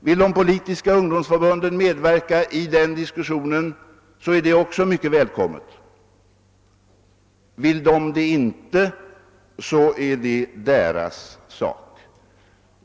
Vill de politiska ungdomsförbunden medverka i den diskussionen är det också mycket välkommet; vill de det inte är det deras sak.